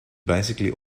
basically